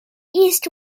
east